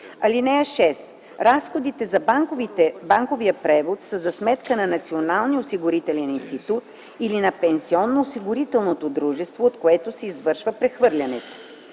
ал.4. (6) Разходите за банковия превод са за сметка на Националния осигурителен институт или на пенсионноосигурителното дружество, от което се извършва прехвърлянето.